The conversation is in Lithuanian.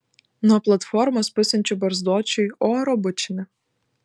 nuo platformos pasiunčiu barzdočiui oro bučinį